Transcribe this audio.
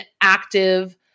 active